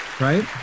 Right